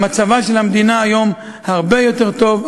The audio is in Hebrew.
מצבה של המדינה היום הרבה יותר טוב,